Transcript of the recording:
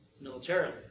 militarily